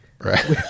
right